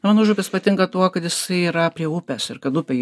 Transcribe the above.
man užupis patinka tuo kad jisai yra prie upės ir kad upėj